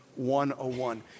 101